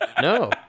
No